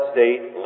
State